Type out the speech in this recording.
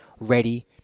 ready